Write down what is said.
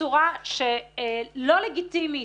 בצורה לא לגיטימית,